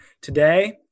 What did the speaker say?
Today